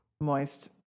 moist